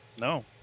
No